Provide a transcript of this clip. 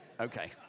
Okay